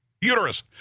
uterus